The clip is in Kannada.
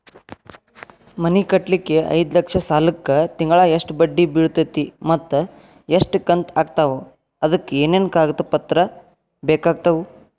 ಮನಿ ಕಟ್ಟಲಿಕ್ಕೆ ಐದ ಲಕ್ಷ ಸಾಲಕ್ಕ ತಿಂಗಳಾ ಎಷ್ಟ ಬಡ್ಡಿ ಬಿಳ್ತೈತಿ ಮತ್ತ ಎಷ್ಟ ಕಂತು ಆಗ್ತಾವ್ ಅದಕ ಏನೇನು ಕಾಗದ ಪತ್ರ ಬೇಕಾಗ್ತವು?